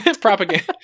Propaganda